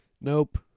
Nope